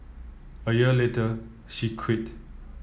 a year later she quit